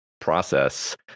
process